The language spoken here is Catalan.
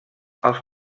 els